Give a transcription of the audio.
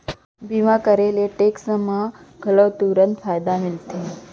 बीमा करे से टेक्स मा घलव तुरंत फायदा मिलथे का?